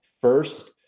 first